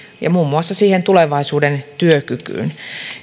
ja muun muassa siihen tulevaisuuden työkykyyn